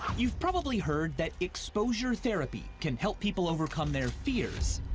you've probably heard that exposure therapy can help people overcome their fears.